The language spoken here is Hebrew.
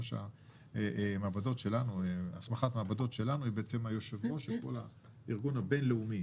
ראש הסמכת המעבדות שלנו היא בעצם היו"ר של כל הארגון הבינלאומי.